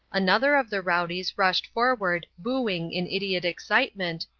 another of the rowdies rushed forward booing in idiot excitement,